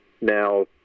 now